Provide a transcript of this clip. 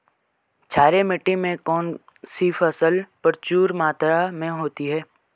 क्षारीय मिट्टी में कौन सी फसल प्रचुर मात्रा में होती है?